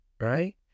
right